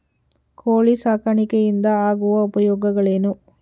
ಕೋಳಿ ಸಾಕಾಣಿಕೆಯಿಂದ ಆಗುವ ಉಪಯೋಗಗಳೇನು?